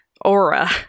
Aura